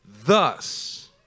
Thus